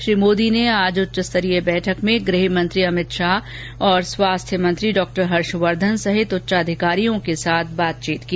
श्री मोदी ने आज उच्चस्तरीय बैठक में गृह मंत्री अभित शाह और स्वास्थ्य मंत्री डॉ हर्षवर्द्वन सहित उच्चाधिकारियों के साथ बातचीत की